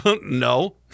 No